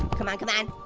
come on, come and